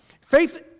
faith